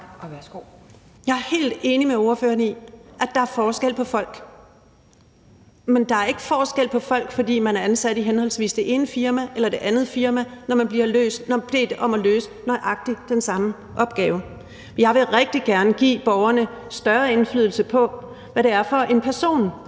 Jeg er helt enig med ordføreren i, at der er forskel på folk. Men der er ikke forskel på folk, fordi man er ansat i henholdsvis det ene firma eller det andet firma, når man bliver bedt om at løse nøjagtig den samme opgave. Jeg vil rigtig gerne give borgeren større indflydelse på, hvad det er for en person,